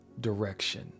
direction